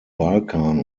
balkan